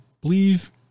believe